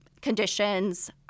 conditions